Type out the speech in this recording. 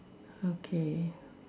okay